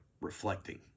reflecting